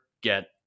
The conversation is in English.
get